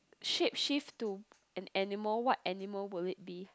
shapeshift to an animal what animal will it be